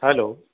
hello